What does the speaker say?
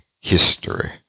history